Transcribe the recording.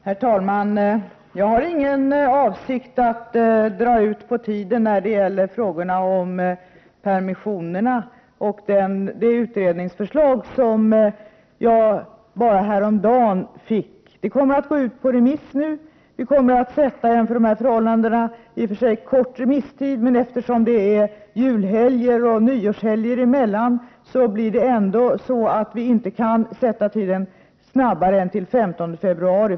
Herr talman! Jag har ingen avsikt att dra ut på tiden när det gäller frågan om permissionerna och det utredningsförslag som jag fick häromdagen. Det kommer nu att gå ut på remiss. Remisstiden kommer att bli förhållandevis kort, men eftersom juloch nyårshelgerna kommer emellan, kan vi inte låta remisstiden bli kortare än till den 15 februari.